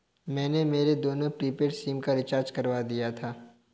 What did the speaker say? मैंने मेरे दोनों प्रीपेड सिम का रिचार्ज करवा दिया था